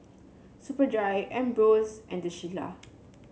Superdry Ambros and The Shilla